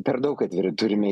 per daug atviri turime